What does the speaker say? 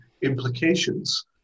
implications